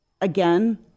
again